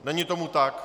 Není tomu tak.